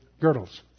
girdles